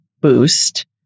boost